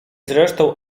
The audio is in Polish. zresztą